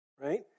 right